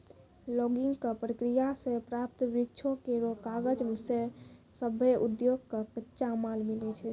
logging क प्रक्रिया सें प्राप्त वृक्षो केरो कागज सें सभ्भे उद्योग कॅ कच्चा माल मिलै छै